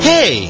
Hey